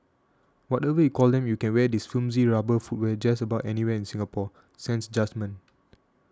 whatever you call them you can wear this flimsy rubber footwear just about anywhere in Singapore sans judgement